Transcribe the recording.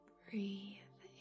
breathe